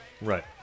Right